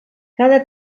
cada